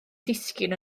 disgyn